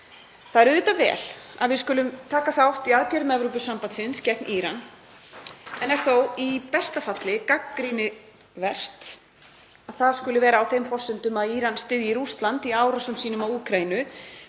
Það er auðvitað vel að við skulum taka þátt í aðgerðum Evrópusambandsins gegn Íran en það er þó í besta falli gagnrýnivert að það skuli vera á þeim forsendum að Íran styðji Rússland í árásum sínum á Úkraínu